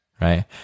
right